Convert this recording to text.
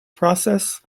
process